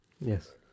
Yes